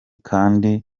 kandi